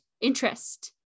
interest